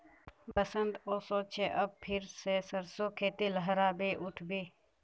बसंत ओशो छे अब फिर से सरसो खेती लहराबे उठ बे